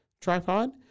tripod